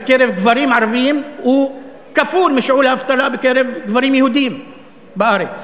בקרב גברים ערבים הוא כפול משיעור האבטלה בקרב גברים יהודים בארץ.